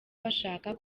bashaka